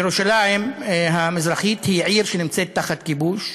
ירושלים המזרחית היא עיר שנמצאת תחת כיבוש,